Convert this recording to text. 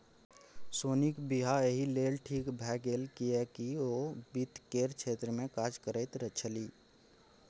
सोनीक वियाह एहि लेल ठीक भए गेल किएक ओ वित्त केर क्षेत्रमे काज करैत छलीह